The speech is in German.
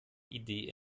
idee